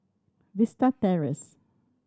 Vista Terrace